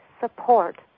support